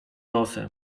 nosem